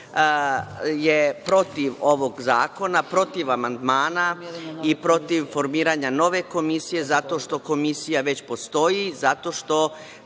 je protiv ovog zakona, protiv amandmana i protiv formiranja nove komisije zato što komisija već postoji, zato što